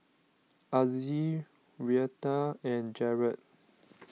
Azzie Reatha and Jarrett